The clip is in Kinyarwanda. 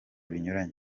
binyuranye